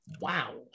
wow